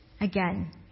again